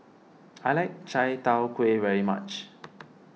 I like Chai Tow Kway very much